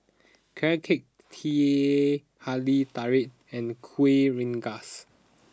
Carrot Cake Teh Halia Tarik and Kueh Rengas